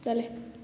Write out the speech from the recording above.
जालें